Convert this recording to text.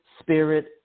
Spirit